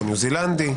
הניו זילנדי.